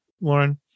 Lauren